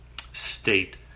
state